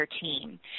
team